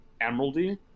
emeraldy